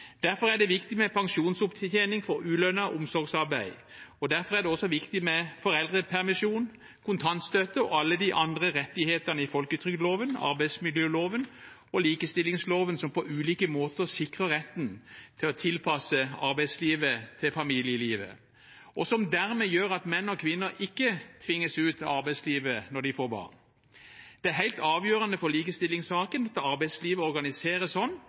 derfor er det viktig med pensjonsopptjening for ulønnet omsorgsarbeid, og derfor er det også viktig med foreldrepermisjon, kontantstøtte og alle de andre rettighetene i folketrygdloven, arbeidsmiljøloven og likestillingsloven – som på ulike måter sikrer retten til å tilpasse arbeidslivet til familielivet, og som dermed gjør at menn og kvinner ikke tvinges ut av arbeidslivet når de får barn. Det er helt avgjørende for likestillingssaken at arbeidslivet organiseres